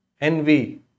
envy